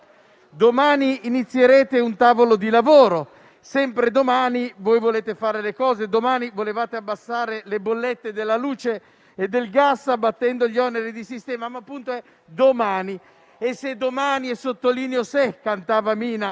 Domani inizierete un tavolo di lavoro; sempre domani voi volete fare le cose. Domani volevate abbassare le bollette della luce e del gas, abbattendo gli oneri di sistema; ma, appunto, è domani. «E se domani (e sottolineo se)», cantava Mina.